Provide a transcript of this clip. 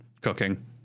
cooking